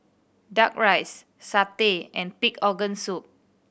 Duck Rice satay and pig organ soup